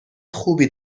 خوبی